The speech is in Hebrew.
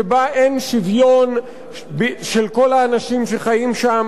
שבה אין שוויון של כל האנשים שחיים שם,